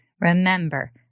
remember